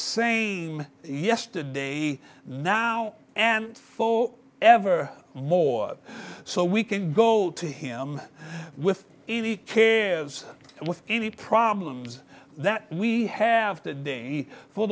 same yesterday now and for ever more so we can go to him with any cares and with any problems that we have to day for